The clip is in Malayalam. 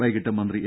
വൈകീട്ട് മന്ത്രി എ